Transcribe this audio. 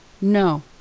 No